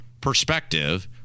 perspective